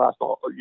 last